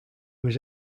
was